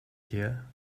year